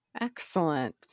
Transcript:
Excellent